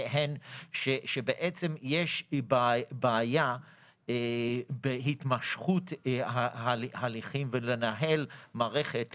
הן שבעצם יש בעיה בהתמשכות הליכים ולנהל מערכת,